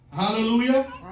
Hallelujah